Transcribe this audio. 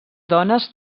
dones